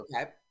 Okay